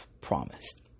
promised